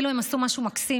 הם עשו אפילו משהו מקסים: